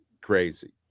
crazy